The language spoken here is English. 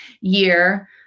year